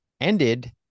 ended